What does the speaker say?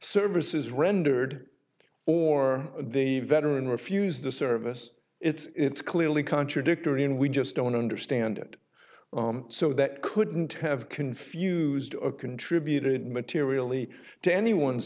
services rendered or the veteran refused the service it's clearly contradictory and we just don't understand it so that couldn't have confused a contributed materially to anyone's